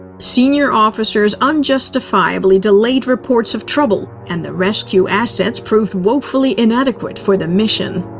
senior officers unjustifiably delayed reports of trouble, and the rescue assets proved woefully inadequate for the mission.